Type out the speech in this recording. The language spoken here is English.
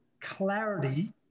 clarity